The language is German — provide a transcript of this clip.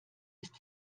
ist